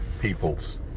peoples